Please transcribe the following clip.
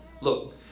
Look